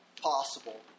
possible